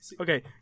Okay